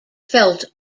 felt